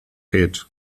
hit